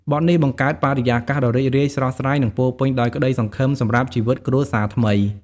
បទនេះបង្កើតបរិយាកាសដ៏រីករាយ ស្រស់ស្រាយ និងពោរពេញដោយក្តីសង្ឃឹមសម្រាប់ជីវិតគ្រួសារថ្មី។